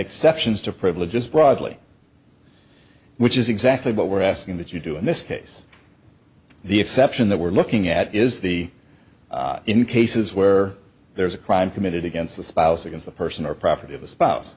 exceptions to privileges broadly which is exactly what we're asking that you do in this case the exception that we're looking at is the in cases where there is a crime committed against the spouse against the person or pro